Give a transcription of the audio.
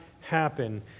happen